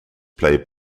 play